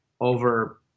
over